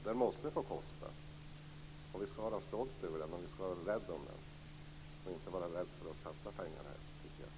Den måste få kosta. Vi skall vara stolta över och rädda om den och inte vara rädda för att satsa pengar där.